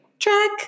Track